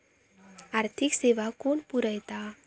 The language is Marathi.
आर्थिक सेवा कोण पुरयता?